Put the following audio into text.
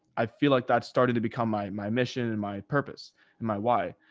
i feel like that started to become my my mission and my purpose and my why,